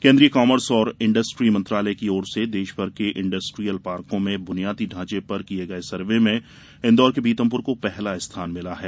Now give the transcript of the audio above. केंद्रीय कॉमर्स और इंडस्ट्री मंत्रालय की ओर से देशभर के इंडस्ट्रियल पार्कों में बुनियादी ढांचे पर गये सर्वे में इन्दौर के पीथमपुर को पहला स्थान मिला है